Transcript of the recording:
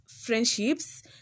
friendships